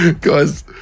Guys